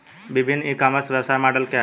विभिन्न e commerce व्यवसाय मॉडल क्या हैं?